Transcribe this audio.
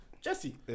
Jesse